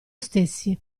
stessi